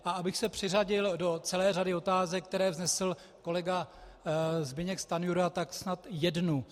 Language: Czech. A abych se přiřadil do celé řady otázek, které vznesl kolega Zbyněk Stanjura, tak snad jednu.